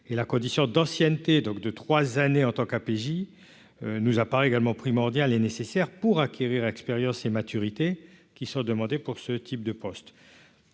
et la condition d'ancienneté donc deux 3 années en tant qu'PJ nous apparaît également primordiale et nécessaire pour acquérir expérience et maturité qui sont demandés pour ce type de poste